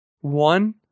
One